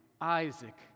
Isaac